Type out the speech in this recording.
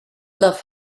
love